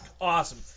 awesome